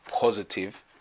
positive